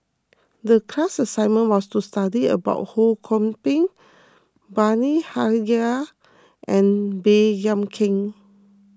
the class assignment was to study about Ho Kwon Ping Bani Haykal and Baey Yam Keng